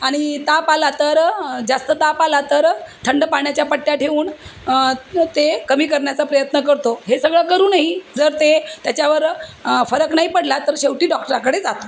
आणि ताप आला तर जास्त ताप आला तर थंड पाण्याच्या पट्ट्या ठेऊन ते कमी करण्याचा प्रयत्न करतो हे सगळं करू नाही जर ते त्याच्यावर फरक नाही पडला तर शेवटी डॉक्टराकडे जातो